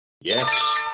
Yes